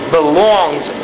belongs